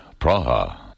Praha